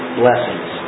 blessings